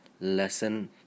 Lesson